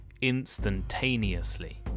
instantaneously